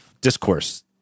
discourse